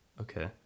Okay